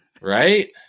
Right